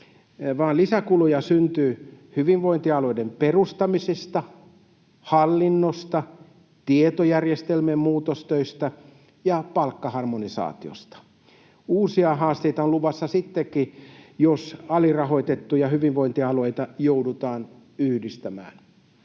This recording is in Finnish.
lisäkuluja syntyy hyvinvointialueiden perustamisista, hallinnosta, tietojärjestelmien muutostöistä ja palkkaharmonisaatiosta. Uusia haasteita on luvassa sittenkin, jos alirahoitettuja hyvinvointialueita joudutaan yhdistämään.